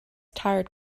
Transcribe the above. tired